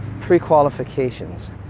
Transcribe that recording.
pre-qualifications